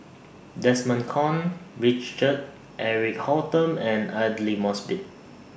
Desmond Kon Richard Eric Holttum and Aidli Mosbit